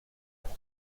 pour